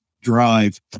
drive